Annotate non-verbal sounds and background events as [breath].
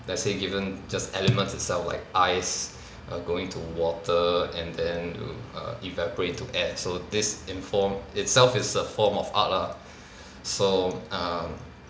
let's say given just elements itself like ice err going to water and then i~ err evaporate to air so this in form itself is a form of art lah [breath] so um